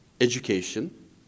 education